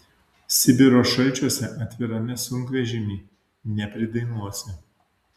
sibiro šalčiuose atvirame sunkvežimy nepridainuosi